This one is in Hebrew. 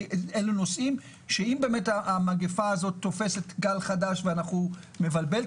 כי אלה נושאים שאם המגיפה תופסת גל חדש ומבלבל,